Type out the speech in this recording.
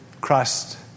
Christ